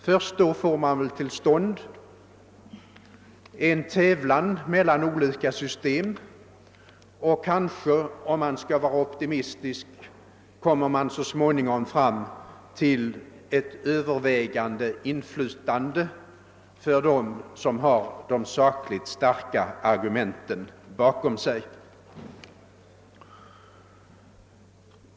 Först då får man väl till stånd en tävlan mellan olika system, och kanske — om man skall vara optimistisk — kommer man så småningom fram till ett övervägande inflytande för dem som har de sakligt starka argumenten bakom sig.